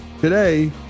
Today